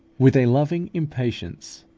with a loving impatience,